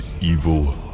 evil